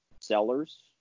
sellers